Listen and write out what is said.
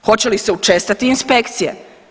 Hoće li se učestati inspekcije?